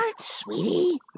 sweetie